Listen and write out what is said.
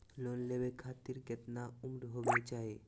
Loan लेवे खातिर केतना उम्र होवे चाही?